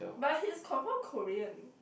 but he's confirm Korean